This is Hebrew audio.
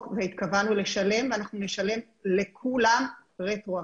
והתכוונו לשלם ואנחנו נשלם לכולם רטרואקטיבית.